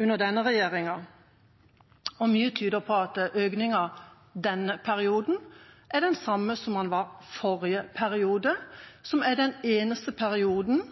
under denne regjeringa, og mye tyder på at økninga i denne perioden er den samme som i den forrige perioden – den eneste perioden